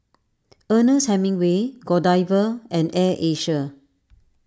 Ernest Hemingway Godiva and Air Asia